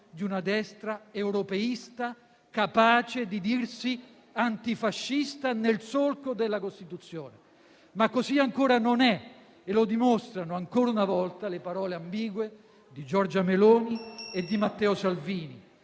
sia una destra europeista, capace di dirsi "antifascista", nel solco della Costituzione. Ma così ancora non è, e lo dimostrano, ancora una volta, le parole ambigue di Giorgia Meloni e di Matteo Salvini.